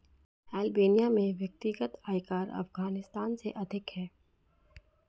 Albania में व्यक्तिगत आयकर अफ़ग़ानिस्तान से अधिक है